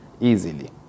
easily